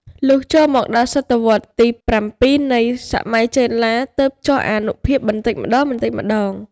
លុះ ចូលមកដល់សតវត្សទី៧ នៃសម័យចេនឡាទើបចុះអានុភាពបន្តិចម្តងៗ។